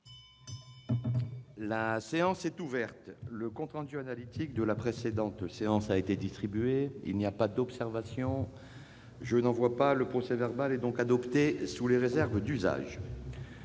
La séance est ouverte.. Le compte rendu analytique de la précédente séance a été distribué. Il n'y a pas d'observation ?... Le procès-verbal est adopté sous les réserves d'usage.